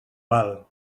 val